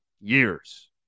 years